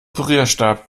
pürierstab